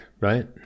right